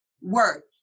work